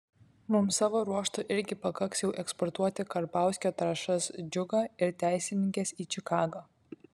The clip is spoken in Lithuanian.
mums savo ruožtu irgi pakaks jau eksportuoti karbauskio trąšas džiugą ir teisininkes į čikagą